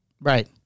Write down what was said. Right